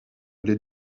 les